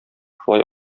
шулай